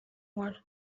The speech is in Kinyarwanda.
nkora